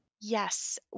Yes